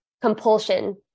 compulsion